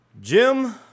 Jim